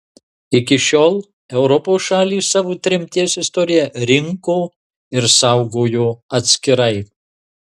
iki šiol europos šalys savo tremties istoriją rinko ir saugojo atskirai